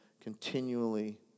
continually